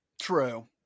true